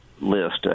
list